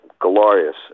glorious